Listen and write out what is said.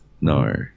no